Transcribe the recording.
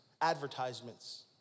advertisements